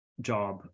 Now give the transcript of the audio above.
job